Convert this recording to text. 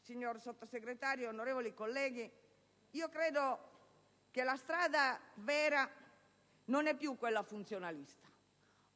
signor Vice Ministro, onorevoli colleghi, credo che la strada vera non sia più quella funzionalista: